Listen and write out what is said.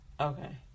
okay